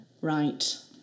Right